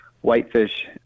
Whitefish